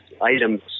items